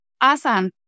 Awesome